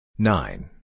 Nine